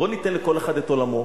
בוא ניתן לכל אחד את עולמו,